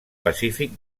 pacífic